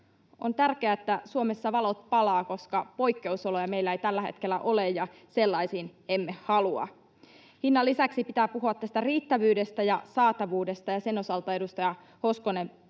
On tärkeää, että Suomessa valot palavat, koska poikkeusoloja meillä ei tällä hetkellä ole ja sellaisiin emme halua. Hinnan lisäksi pitää puhua tästä riittävyydestä ja saatavuudesta, ja sen osalta edustaja Hoskonen